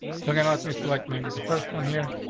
so get off me. select may be the first one here,